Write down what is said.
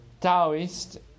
Taoist